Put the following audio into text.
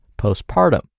postpartum